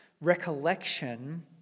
recollection